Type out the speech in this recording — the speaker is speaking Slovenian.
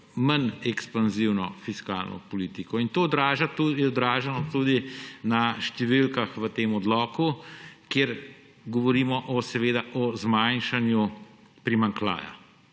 manj ekspanzivno fiskalno politiko. To je odraženo tudi v številkah v tem odloku, kjer govorimo o zmanjšanju primanjkljaja,